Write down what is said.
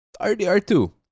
RDR2